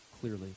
clearly